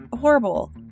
horrible